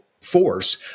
force